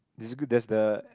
it's a good there's the